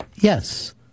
Yes